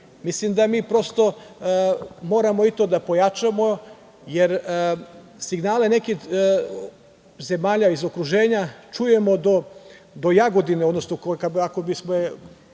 Mislim da mi prosto moramo i to da pojačamo, jer signale nekih zemalja iz okruženja čujemo do Jagodine, odnosno ako bismo ih